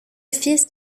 fils